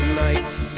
nights